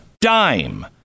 dime